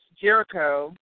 Jericho